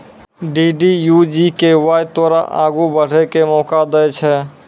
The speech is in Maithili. डी.डी.यू जी.के.वाए तोरा आगू बढ़ै के मौका दै छै